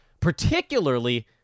particularly